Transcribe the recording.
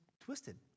twisted